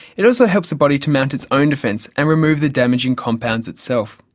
it also helps the body to mount its own defence and remove the damaging compounds itself.